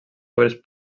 obres